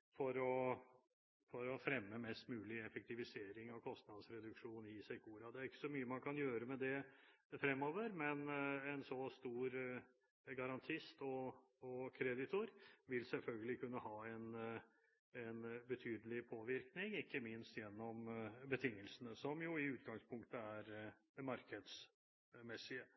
kreditors side for å fremme mest mulig effektivisering og kostnadsreduksjon i Secora. Det er ikke så mye man kan gjøre med det fremover. Men en så stor garantist og kreditor vil selvfølgelig kunne ha en betydelig påvirkning, ikke minst gjennom betingelsene, som i utgangspunktet er markedsmessige.